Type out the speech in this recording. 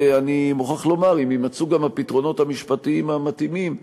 אני מוכרח לומר: אם יימצאו גם הפתרונות המשפטיים המתאימים,